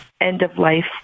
end-of-life